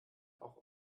auch